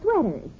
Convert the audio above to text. sweaters